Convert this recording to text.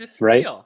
right